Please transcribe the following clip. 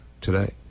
today